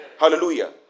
Hallelujah